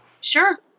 sure